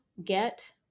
get